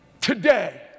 today